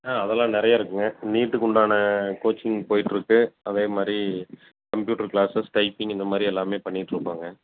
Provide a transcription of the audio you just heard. அதலாம் நிறைய இருக்குங்க நீட்டுக்கு உண்டான கோச்சிங் போயிட்டுருக்கு அதே மாதிரி கம்ப்யூட்டர் க்ளாசஸ் டைப்பிங் இந்த மாதிரி எல்லாமே பண்ணிகிட்ருக்கோங்க